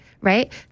right